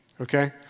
okay